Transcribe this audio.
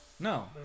No